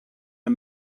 the